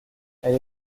elle